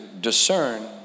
discern